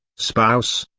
spouse,